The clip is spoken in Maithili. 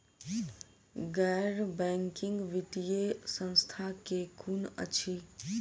गैर बैंकिंग वित्तीय संस्था केँ कुन अछि?